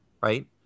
right